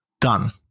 done